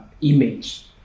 image